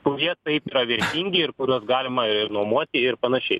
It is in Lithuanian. kurie taip yra vertinti ir kuriuos galima ir nuomoti ir panašiai